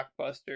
blockbuster